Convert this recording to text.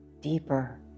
deeper